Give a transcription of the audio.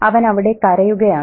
അവൻ അവിടെ കരയുകയാണ്